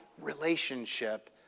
relationship